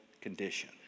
condition